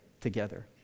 together